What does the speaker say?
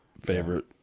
favorite